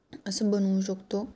असं बनवू शकतो